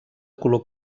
color